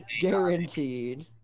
guaranteed